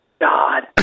God